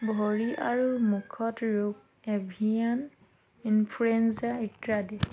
ভৰি আৰু মুখত ৰোগ এভিয়ান ইনফ্লুয়েঞ্জা ইত্যাদি